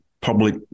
public